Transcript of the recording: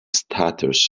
stutters